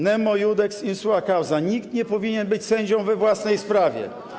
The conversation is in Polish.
Nemo iudex in sua causa - nikt nie powinien być sędzią we własnej sprawie.